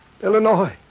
Illinois